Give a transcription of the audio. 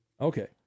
Okay